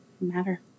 matter